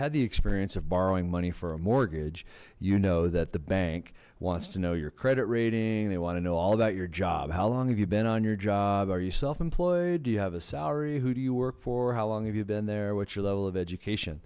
had the experience of borrowing money for a mortgage you know that the bank wants to know your credit rating they want to know all about your job how long have you been on your job are you self employed do you have a salary who do you work for how long have you been there what's your level of education